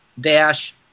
dash